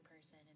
person